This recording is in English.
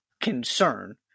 concern